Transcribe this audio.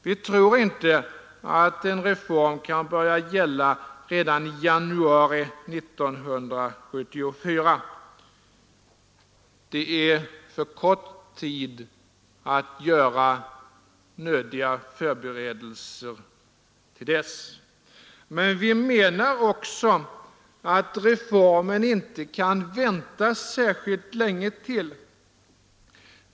Vi tror inte att en reform kan börja gälla redan i januari 1974; det är för kort tid att göra nödiga förberedelser till dess. Men vi menar också att reformen inte kan vänta särskilt länge till.